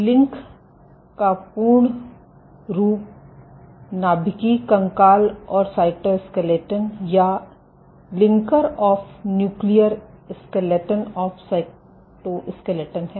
link का पूर्ण रूप नाभिकीय कंकाल और साइटोस्केलेटन है